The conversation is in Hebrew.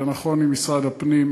זה נכון עם משרד הפנים,